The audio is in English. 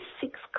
six